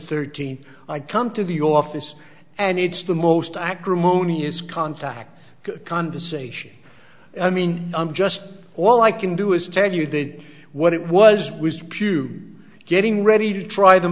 thirteenth i come to the office and it's the most acrimonious contact conversation i mean i'm just all i can do is tell you that what it was was you getting ready to try them